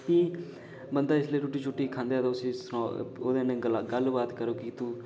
बदां जिसलै रुट्टी शुट्टी खंदा ऐ उसी ओह्दे नै गल्ल बात करो कि तूं